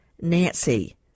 nancy